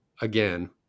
again